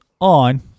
on